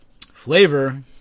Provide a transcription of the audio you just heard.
Flavor